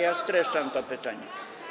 Ja streszczam to pytanie.